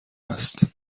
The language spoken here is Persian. است